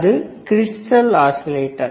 அது crystal oscillator